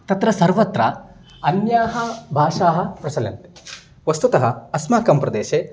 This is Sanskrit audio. तत्र सर्वत्र अन्याः भाषाः प्रचलन्ते वस्तुतः अस्माकं प्रदेशे